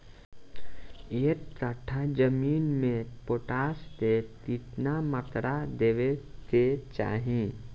एक कट्ठा जमीन में पोटास के केतना मात्रा देवे के चाही?